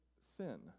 sin